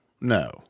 no